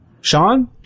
sean